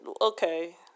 Okay